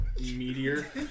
meteor